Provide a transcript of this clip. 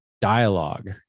dialogue